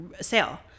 sale